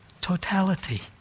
totality